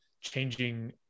changing